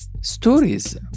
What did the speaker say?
stories